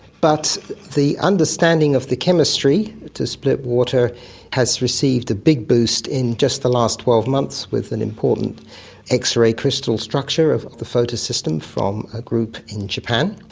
but the understanding of the chemistry to split water has received a big boost in just the last twelve months with an important x-ray crystal structure of of the photosystem from a group in japan,